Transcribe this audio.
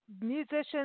musicians